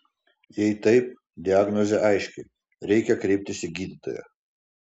jei taip diagnozė aiški reikia kreiptis į gydytoją